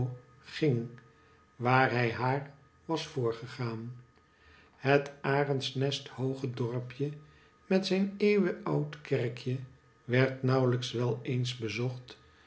ging waar hij haar was voorgegaan het arendnesthooge dorpje met zijn eeuwe oud kerkje werd nauwlijks wel eens bezocht